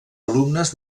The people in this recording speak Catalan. alumnes